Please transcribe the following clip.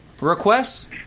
Requests